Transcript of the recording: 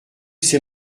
ces